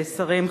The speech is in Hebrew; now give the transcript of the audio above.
שרים,